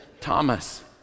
Thomas